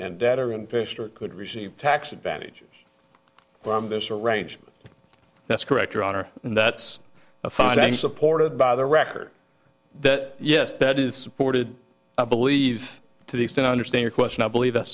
and better and faster it could receive tax advantages from this arrangement that's correct your honor and that's a fine thank supported by the record that yes that is supported i believe to the extent i understand your question i believe th